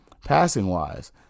Passing-wise